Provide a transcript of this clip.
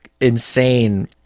insane